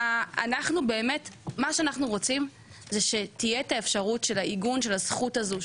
מה שאנחנו רוצים שתהיה האפשרות של עיגון הזכות הזו,